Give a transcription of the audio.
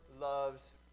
loves